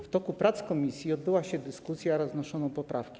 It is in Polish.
W toku prac komisji odbyła się dyskusja oraz wniesiono poprawki.